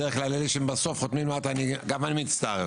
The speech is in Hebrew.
בדרך כלל אלה שהם בסוף חותמים: גם אני מצטרף.